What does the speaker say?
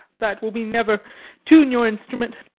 that will be never tune your instrument.